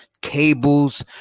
cables